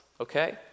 okay